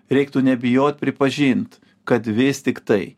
reiktų nebijot pripažint kad vis tiktai